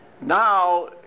Now